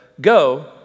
Go